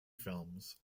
films